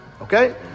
Okay